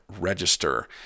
register